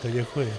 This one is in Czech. Děkuji.